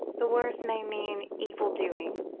the worse may mean evil doing,